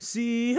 See